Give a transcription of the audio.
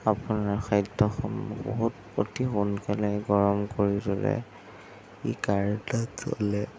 আপোনাৰ খাদ্যসমূহ বহুত অতি সোনকালে গৰম কৰি তোলে ই কাৰেণ্টত চলে